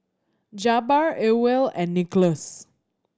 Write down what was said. Jabbar Ewell and Nicklaus